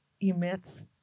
emits